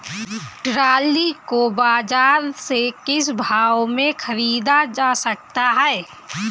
Trolley को बाजार से किस भाव में ख़रीदा जा सकता है?